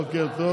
בוקר טוב.